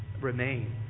remain